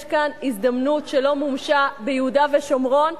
יש כאן הזדמנות שלא מומשה ביהודה ושומרון,